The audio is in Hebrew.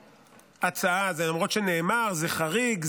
למרות שנאמר: זה חריג,